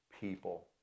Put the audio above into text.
people